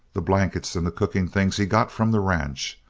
the blankets and the cooking things he got from the ranch.